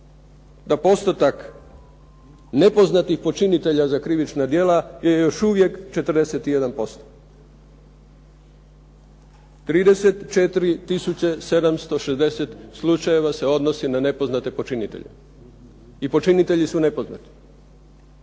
da postotak nepoznatih počinitelja za krivična djela je još uvijek 41%. 34 tisuća 760 slučajeva se odnosi na nepoznate počinitelje i počinitelji su nepoznati.